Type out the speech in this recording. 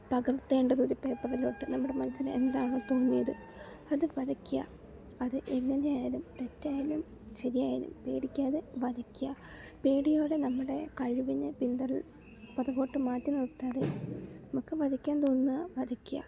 നമക്ക് പകർത്തേണ്ടത് ഒരു പേപ്പറിലോട്ട് നമ്മടെ മനസ്സിൽ എന്താണോ തോന്നിയത് അത് വരയ്ക്ക അത് എങ്ങനെയായാലും തെറ്റായാലും ശെരിയായാലും പേടിക്കാതെ വരയ്ക്ക പേടിയോടെ നമ്മുടെ കഴിവിനെ പിന്തള്ളി പൊറകോട്ട് മാറ്റിനിർത്താതെ നമുക്ക് വരയ്ക്കാൻ തോന്നുന്നത് വരയ്ക്കുക